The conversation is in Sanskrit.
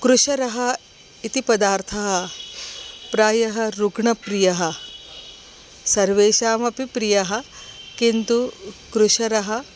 कृशरः इति पदार्थः प्रायः रुग्णप्रियः सर्वेषामपि प्रियः किन्तु कृशरः